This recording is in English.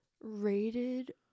rated